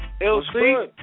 LC